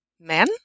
men